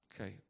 okay